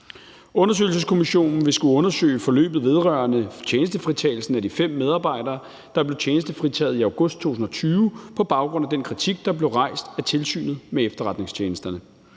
Undersøgelseskommissionen vil skulle undersøge forløbet vedrørende tjenestefritagelsen af de fem medarbejdere, der blev tjenestefritaget i august 2020 på baggrund af den kritik, der blev rejst af Tilsynet med Efterretningstjenesterne.